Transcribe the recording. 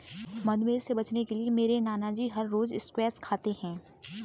मधुमेह से बचने के लिए मेरे नानाजी हर रोज स्क्वैश खाते हैं